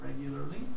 regularly